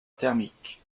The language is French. thermique